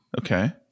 Okay